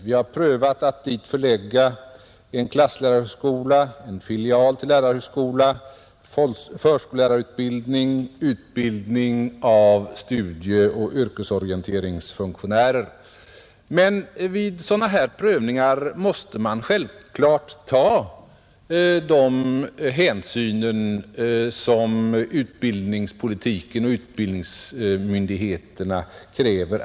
Vi har prövat att dit förlägga en klasslärarhögskola, en filial till lärarhögskola, förskollärarutbildning samt utbildning av studieoch yrkesorienteringsfunktionärer. Men vid sådana Nr 88 prövningar måste man självklart ta de hänsyn som utbildningspolitiken Måndagen den och utbildningsmyndigheterna kräver.